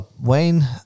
Wayne